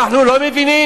אנחנו לא מבינים?